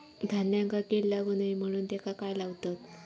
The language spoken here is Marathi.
धान्यांका कीड लागू नये म्हणून त्याका काय लावतत?